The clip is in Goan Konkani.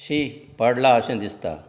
शीं पडलां अशें दिसता